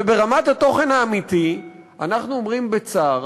וברמת התוכן האמיתי אנחנו אומרים בצער,